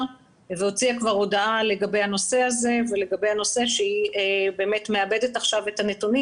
והוציאה כבר הודעה לגבי הנושא הזה ולגבי זה שהיא עכשיו מעבדת את הנתונים